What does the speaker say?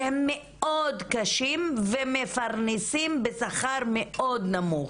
שהם מאוד קשים ומפרנסים בשכר מאוד נמוך,